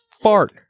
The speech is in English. Fart